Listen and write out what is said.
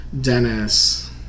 Dennis